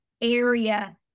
area